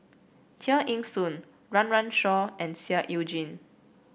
Tear Ee Soon Run Run Shaw and Seah Eu Chin